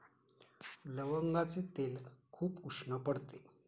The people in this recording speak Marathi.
लवंगाचे तेल खूप उष्ण पडते